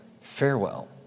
Farewell